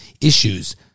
issues